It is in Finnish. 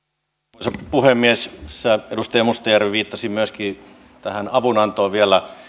arvoisa puhemies tässä edustaja mustajärvi viittasi myöskin tähän avunantoon vielä